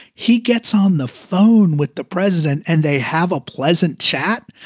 he gets on the phone with the president and they have a pleasant chat.